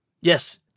Yes